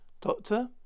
Doctor